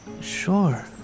Sure